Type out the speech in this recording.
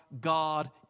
God